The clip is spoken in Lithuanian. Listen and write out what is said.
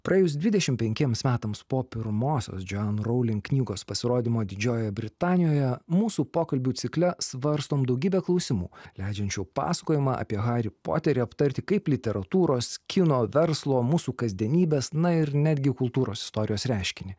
praėjus dvidešim penkiems metams po pirmosios joanne rowling knygos pasirodymo didžiojoj britanijoje mūsų pokalbių cikle svarstom daugybę klausimų leidžiančių pasakojimą apie harį poterį aptarti kaip literatūros kino verslo mūsų kasdienybės na ir netgi kultūros istorijos reiškinį